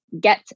get